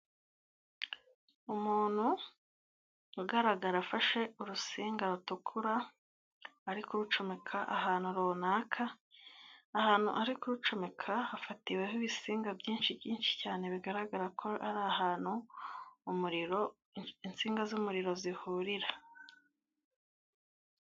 Umuntu ugaragara afashe urusenga rutukura ari kurucomeka ahantu runaka, ahantu ari kurucomeka hafatiweho ibisinga byinshi byinshi cyane bigaragara ko ari ahantu umuriro insinga z'umuriro zihurira.